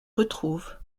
retrouvent